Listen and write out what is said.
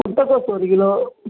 முட்டைகோஸ் ஒரு கிலோ